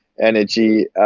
energy